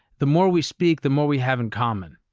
the more we speak, the more we have in common.